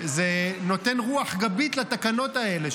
זה נותן רוח גבית לתקנות האלה,